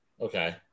okay